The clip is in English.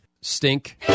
Stink